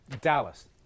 dallas